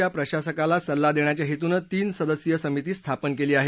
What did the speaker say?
च्या प्रशासकाला सल्ला देण्याच्या हेतूनं तीन सदस्यीय समिती स्थापन केली आहे